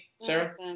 Sarah